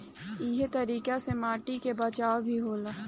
इ तरीका से माटी के बचाव भी होला